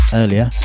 earlier